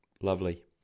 lovely